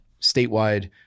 statewide